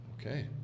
Okay